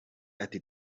ati